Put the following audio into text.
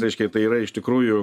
reiškia tai yra iš tikrųjų